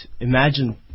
imagine